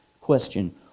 Question